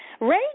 Ray